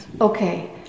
Okay